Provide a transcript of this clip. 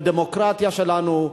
בדמוקרטיה שלנו,